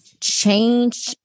change